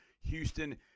Houston